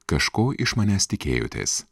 kažko iš manęs tikėjotės